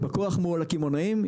ובכוח מול הקמעונאים,